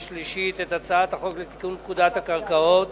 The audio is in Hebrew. שלישית את הצעת החוק לתיקון פקודת הקרקעות